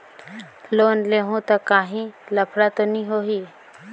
Loan लेहूं ता काहीं लफड़ा तो नी होहि?